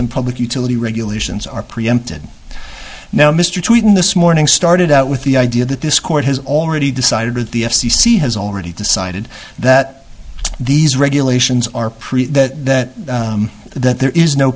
and public utility regulations are preempted now mr tweeting this morning started out with the idea that this court has already decided at the f c c has already decided that these regulations are pretty that that there is no